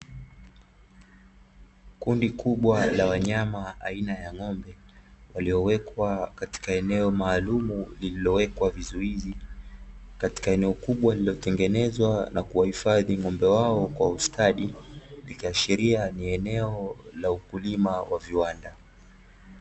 Kundi kubwa la wanyama aina ya ng'ombe, waliowekwa kitika eneo maalumu lililowekwa vizuizi, katika eneo kubwa lililo tengenezwa na kuwahifadhi ng'ombe wao kwa ustadi, likiashiria ni eneo la wakulima waviwanda.